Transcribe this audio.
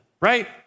right